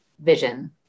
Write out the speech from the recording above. vision